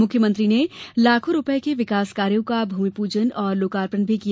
मुख्यमंत्री ने लाखों रूपये के विकास कार्यों का भूमिपूजन और लोकार्पण भी किया